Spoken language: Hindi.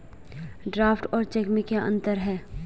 ड्राफ्ट और चेक में क्या अंतर है?